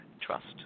trust